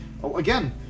Again